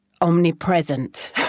omnipresent